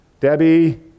Debbie